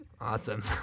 Awesome